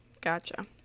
Gotcha